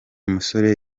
musore